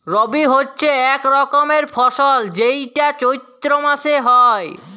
রবি হচ্যে এক রকমের ফসল যেইটা চৈত্র মাসে হ্যয়